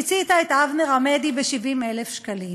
פיצית את אבנר עמדי ב-70,000 שקלים?